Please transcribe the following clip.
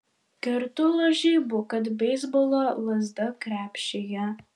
kertu lažybų kad beisbolo lazda krepšyje